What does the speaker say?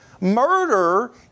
Murder